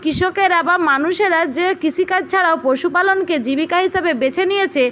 কৃষকেরা বা মানুষেরা যে কৃষিকাজ ছাড়াও পশুপালনকে জীবিকা হিসাবে বেছে নিয়েছে